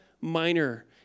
Minor